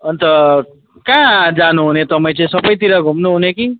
अन्त कहाँ जानु हुने तपाईँ चाहिँ सबैतिर घुम्नु हुने कि